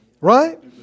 Right